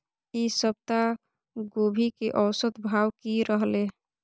ई सप्ताह गोभी के औसत भाव की रहले?